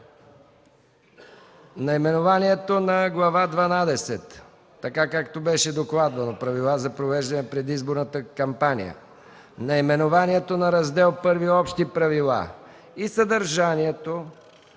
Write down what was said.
наименованието на Глава 12, както беше докладвано – „Правила за провеждане на предизборната кампания”, наименованието на Раздел І – „Общи правила” и съдържанието